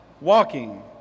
walking